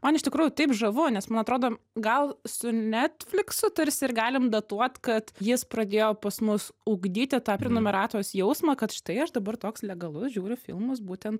man iš tikrųjų taip žavu nes man atrodo gal su netfliksu tarsi ir galim datuot kad jis pradėjo pas mus ugdyti tą prenumeratos jausmą kad štai aš dabar toks legalus žiūriu filmus būtent